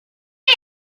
ell